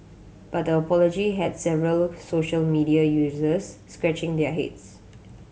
but the apology had several social media users scratching their heads